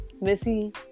Missy